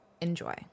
Enjoy